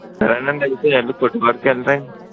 సరేనండి అయితే వెళ్ళి కొట్టు కాడికి వెళ్ళిరండి